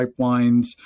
pipelines